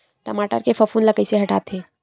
टमाटर के फफूंद ल कइसे हटाथे?